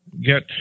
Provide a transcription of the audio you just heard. get